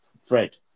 Fred